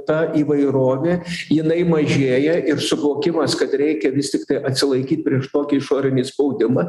ta įvairovė jinai mažėja ir suvokimas kad reikia vis tiktai atsilaikyt prieš tokį išorinį spaudimą